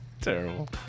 Terrible